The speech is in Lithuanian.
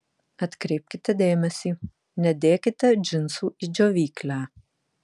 atkreipkite dėmesį nedėkite džinsų į džiovyklę